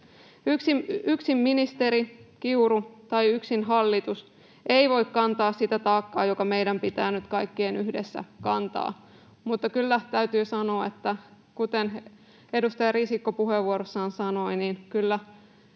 Yksin ministeri Kiuru tai yksin hallitus ei voi kantaa sitä taakkaa, joka meidän pitää nyt kaikkien yhdessä kantaa. Mutta kyllä täytyy sanoa, kuten edustaja Risikko puheenvuorossaan sanoi, että